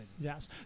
Yes